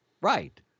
right